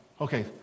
Okay